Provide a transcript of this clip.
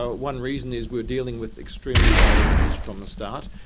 ah one reason is we are dealing with extremely bad images from the start,